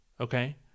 Okay